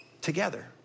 together